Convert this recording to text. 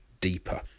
deeper